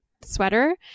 sweater